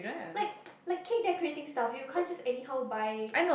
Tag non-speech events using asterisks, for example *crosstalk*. like *noise* like cake decorating stuff you can't just anyhow buy